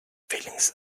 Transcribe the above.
feelings